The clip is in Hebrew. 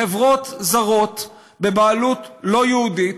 חברות זרות בבעלות לא יהודית,